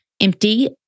empty